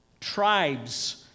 Tribes